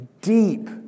deep